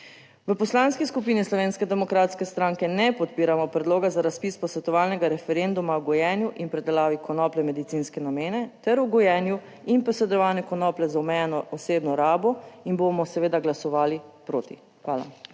V Poslanski skupini Slovenske demokratske stranke ne podpiramo predloga za razpis posvetovalnega referenduma o gojenju in predelavi konoplje v medicinske namene ter o gojenju in posredovanju konoplje za omejeno osebno rabo in bomo seveda glasovali proti. Hvala.